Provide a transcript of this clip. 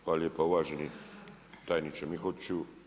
Hvala lijepo uvaženi tajniče Mihotiću.